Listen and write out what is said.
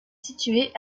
située